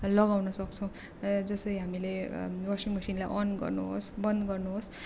लगाउन सक्छौँ जसरी हामीले वासिङ मसिनलाई अन गर्नुहोस् बन्द गर्नुहोस्